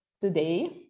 today